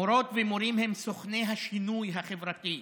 מורות ומורים הם סוכני השינוי החברתי,